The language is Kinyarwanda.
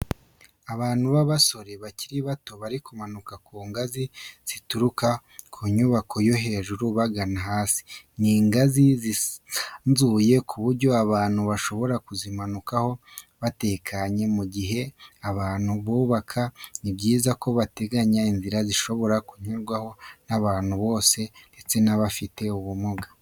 Abantu b'abasore bakiri bato bari kumanuka ku ngazi zituruka mu nyubako yo hejuru bagana hasi, ni ingazi zisanzuye ku buryo abantu bashobora kuzimanukaho batekanye. Mu gihe abantu bubaka ni byiza ko bateganya inzira zishobora kunyurwaho n'abantu bose ndetse n'abafite ubumuga.